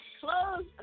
close